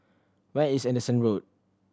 where is Anderson Road